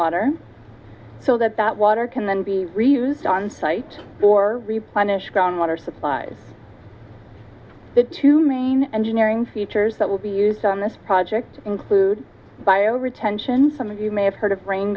water so that that water can then be reused on site or replenish ground water supplies the two main engineering features that will be used on this project include bio retention some of you may have heard of rain